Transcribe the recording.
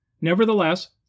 Nevertheless